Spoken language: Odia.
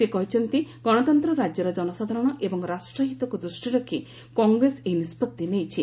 ସେ କହିଛନ୍ତି ଗଣତନ୍ତ ରାଜ୍ୟର ଜନସାଧାରଣ ଏବଂ ରାଷ୍ଟ୍ର ହିତକୁ ଦୃଷ୍ଟିରେ ରଖି କଂଗ୍ରେସ ଏହି ନିଷ୍ପଭି ନେଇଛି